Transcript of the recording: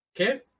Okay